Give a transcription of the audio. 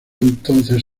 entonces